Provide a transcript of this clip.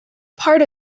part